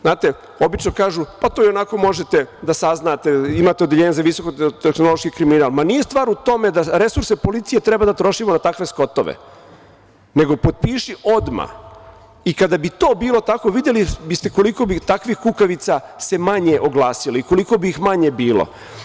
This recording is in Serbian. Znate, obično kažu to ionako možete da saznate, imate odeljenje za visokotehnološki kriminal, ma nije stvar u tome da resurse policije treba da trošimo na takve skotove, nego potpiši odmah i kada bi to bilo tako, videli bi ste koliko bi takvih kukavica se manje oglasilo i koliko bi ih manje bilo.